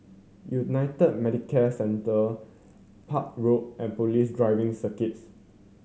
United Medicare Centre Park Road and Police Driving Circuit